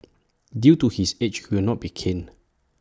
due to his age he will not be caned